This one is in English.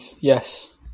yes